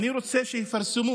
כשיפרסמו